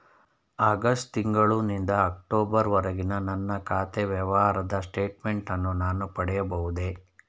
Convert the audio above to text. August ತಿಂಗಳು ನಿಂದ October ವರೆಗಿನ ನನ್ನ ಖಾತೆ ವ್ಯವಹಾರದ ಸ್ಟೇಟ್ಮೆಂಟನ್ನು ನಾನು ಪಡೆಯಬಹುದೇ?